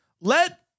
Let